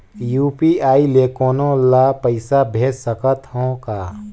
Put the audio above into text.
UPI ले कोनो ला पइसा भेज सकत हों का?